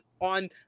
on